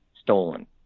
stolen